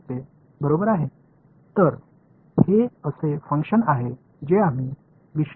எனவே இது பகுப்பாய்வு ரீதியாக நாம் ஒருங்கிணைக்க முடியாத ஃபங்ஷன்